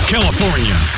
California